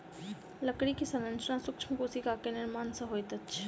लकड़ी के संरचना सूक्ष्म कोशिका के निर्माण सॅ होइत अछि